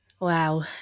Wow